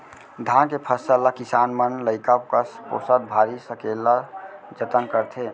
धान के फसल ल किसान मन लइका कस पोसत भारी सकेला जतन करथे